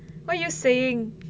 what are you saying